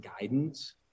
guidance